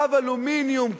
קו אלומיניום,